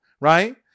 right